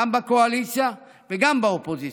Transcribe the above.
גם בקואליציה וגם באופוזיציה,